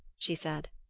she said.